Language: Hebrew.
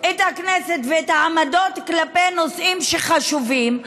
את הכנסת ואת העמדות כלפי נושאים שחשובים,